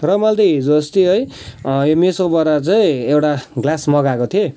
र मैले त हिजो अस्ति है यो मेसोबाट चाहिँ एउटा ग्लास मगाएको थिएँ